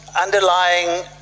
underlying